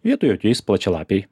vietoj ateis plačialapiai